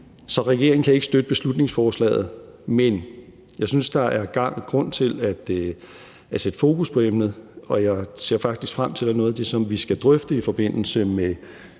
Så regeringen kan ikke støtte beslutningsforslaget, men jeg synes, der er grund til at sætte fokus på emnet, og jeg ser faktisk frem til, at noget af det, som vi skal drøfte i forbindelse med